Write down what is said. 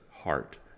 heart